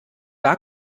gar